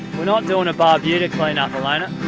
we're not doing a barbuda clean up, elayna.